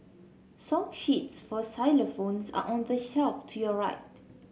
song sheets for xylophones are on the shelf to your right